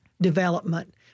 development